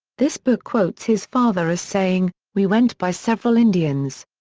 this book quotes his father as saying, we went by several indians.